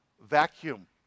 vacuum